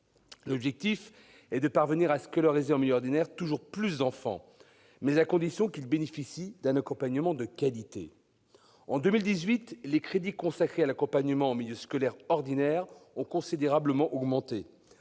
L'objectif est de parvenir à scolariser en milieu ordinaire toujours plus d'enfants en situation de handicap, mais à condition qu'ils bénéficient d'un accompagnement de qualité. En 2018, les crédits consacrés à l'accompagnement en milieu scolaire ordinaire ont considérablement augmenté.